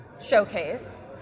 showcase